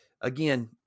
Again